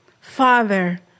Father